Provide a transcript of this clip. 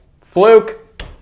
fluke